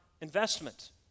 investment